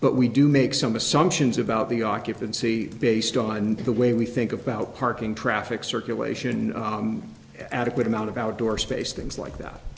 but we do make some assumptions about the occupancy based on the way we think about parking traffic circulation adequate amount of outdoor space things like that